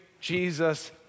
Jesus